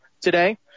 today